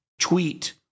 tweet